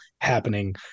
happening